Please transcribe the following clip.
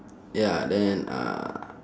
ya then uh